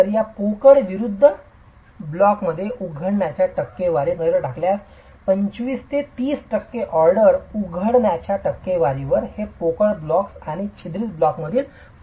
तर या पोकळ विरूद्ध ब्लॉकमध्ये उघडण्याच्या टक्केवारीवर नजर टाकल्यास 25 ते 30 टक्के ऑर्डर उघडण्याच्या टक्केवारीवर हे पोकळ ब्लॉक आणि छिद्रित ब्लॉकमधील फरक आहे